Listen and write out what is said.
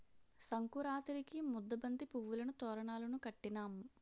సంకురాతిరికి ముద్దబంతి పువ్వులును తోరణాలును కట్టినాం